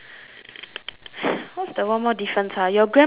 what's the one more different ah your grandma shoes what colour